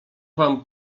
wam